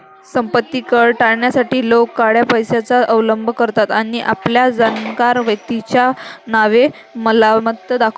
संपत्ती कर टाळण्यासाठी लोक काळ्या पैशाचा अवलंब करतात आणि आपल्या जाणकार व्यक्तीच्या नावे मालमत्ता दाखवतात